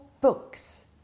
books